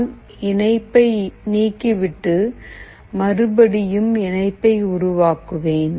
நான் இணைப்பை நீக்கி விட்டு மறுபடியும் இணைப்பை உருவாக்குவேன்